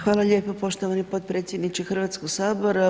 Hvala lijepo poštovani potpredsjedniče Hrvatskog sabora.